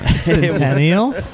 Centennial